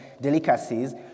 delicacies